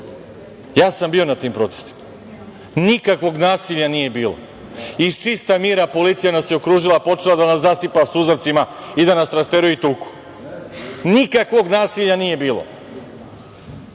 Ja sam bio na tim protestima. Nikakvog nasilja nije bilo. Iz čistog mira policija nas je okružila, počela da nas zasipa suzavcima i da nas rasteruju i tuku. Nikakvog nasilja nije bilo.